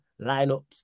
lineups